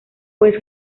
fue